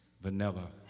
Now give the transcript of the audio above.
vanilla